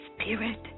spirit